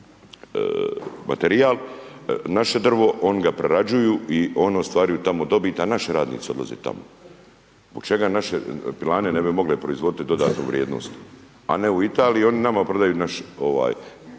naše drvo, oni ga prerađuju i oni ostvaruju tamo dobit, a naši radnici odlaze tamo. Zbog čega naše pilane ne bi mogle proizvoditi dodatnu vrijednost, a ne u Italiji, oni nama prodaju naš